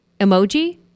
emoji